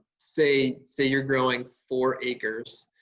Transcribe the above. say say you're growing four acres